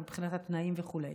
גם מבחינת התנאים וכו',